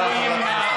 תורת השלבים של הציונות,